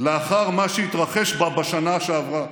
לאחר מה שהתרחש בה בשנה שעברה.